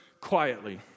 quietly